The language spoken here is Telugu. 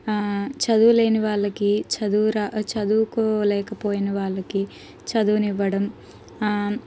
చదువులేని వాళ్ళకి చదువుర చదువుకోలేకపోయినవాళ్లకి చదువునివ్వడం